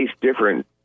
different